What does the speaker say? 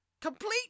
Complete